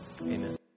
Amen